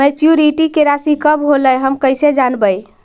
Maturity के रासि कब होलै हम कैसे जानबै?